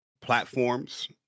platforms